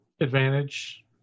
advantage